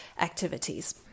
activities